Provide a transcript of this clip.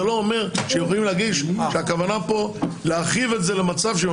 זה לא אומר שהכוונה פה להרחיב למצב שהם